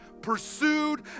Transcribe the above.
pursued